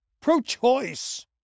pro-choice